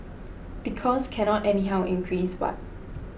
because cannot anyhow increase what